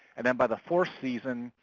and then by the fourth season,